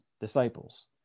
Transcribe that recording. disciples